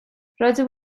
rydw